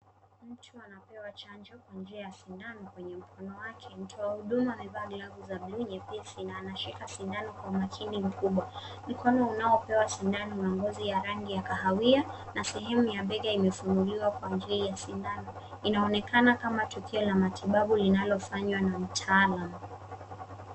Mtu anapewa chanjo kwa njia ya sindano kwenye mkono wake. Mtoa huduma amevaa glavu za bluu nyepesi na anashika sindano kwa umakini mkubwa. Mkono unaopewa sindano ni wa ngozi ya rangi ya kahawia na sehemu ya bega imefunuliwa kwa njia ya sindano. Inaonekana kama tukio la matibabu linalofanywa na mtaalamu.